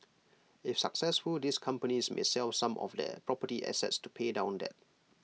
if successful these companies may sell some of their property assets to pay down debt